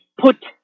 put